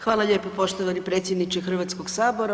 Hvala lijepo poštovani predsjedniče Hrvatskog sabora.